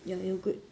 you're you're good